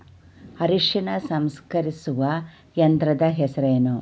ಅರಿಶಿನ ಸಂಸ್ಕರಿಸುವ ಯಂತ್ರದ ಹೆಸರೇನು?